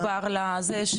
להסתכל,